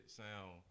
sound